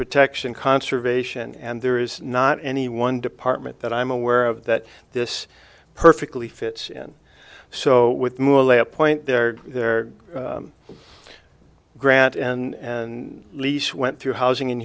protection conservation and there is not any one department that i'm aware of that this perfectly fits in so with morally a point there grant and and lease went through housing